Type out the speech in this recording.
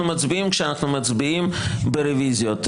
מצביעים כשאנחנו מצביעים על הרוויזיות.